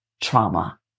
trauma